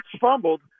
fumbled